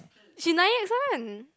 she nice one